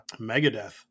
Megadeth